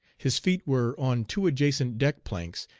his feet were on two adjacent deck planks,